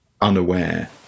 unaware